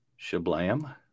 shablam